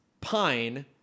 Pine